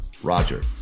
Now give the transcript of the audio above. Roger